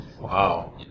Wow